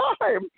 time